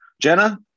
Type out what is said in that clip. Jenna